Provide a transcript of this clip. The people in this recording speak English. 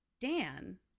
Dan